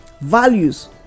values